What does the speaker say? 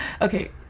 okay